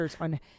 on